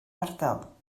ardal